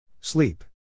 Sleep